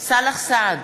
סאלח סעד,